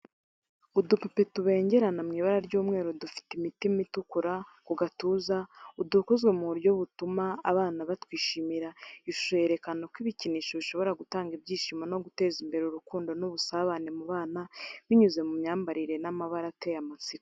Udupupe tubengerana mu ibara ry’umweru, dufite imitima itukura ku gatuza, udukozwe mu buryo butuma abana batwishimira. Iyi shusho yerekana uko ibikinisho bishobora gutanga ibyishimo no guteza imbere urukundo n’ubusabane mu bana, binyuze mu myambarire n’amabara ateye amatsiko.